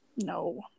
no